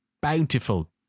bountiful